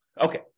Okay